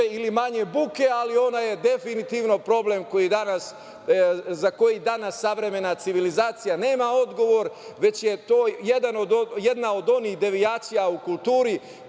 ili manje buke, ali ona je definitivno problem za koji danas savremena civilizacija nema odgovor, već je to jedna od onih devijacija u kulturi,